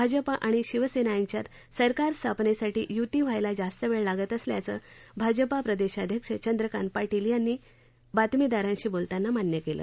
भाजपा आणि शिवसेना यांच्यात सरकार स्थापनेसाठी युती व्हायला जास्त वेळ लागत असल्याचं भाजपा प्रदेशाध्यक्ष चंद्रकांत पाटील यांनी नंतर बातमीदारांशी बोलताना मान्य केलं